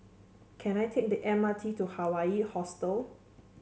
can I take the M R T to Hawaii Hostel